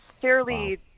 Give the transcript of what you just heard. fairly